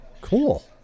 Cool